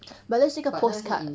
but that's 是一个 postcard okay postcard